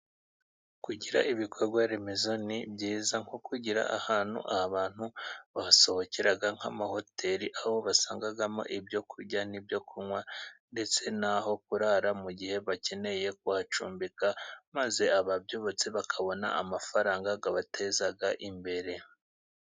Kugira ibikorwa remezo ni byiza, nko kugira ahantu abantu bahasohokera nk'amahoteli, aho basangamo ibyo kurya n'ibyo kunywa ndetse naho kurara mu gihe bakeneye kuhacumbika, maze ababyubatse bakabona amafaranga akabateza imbere.